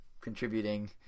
contributing